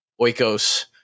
Oikos